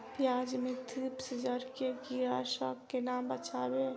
प्याज मे थ्रिप्स जड़ केँ कीड़ा सँ केना बचेबै?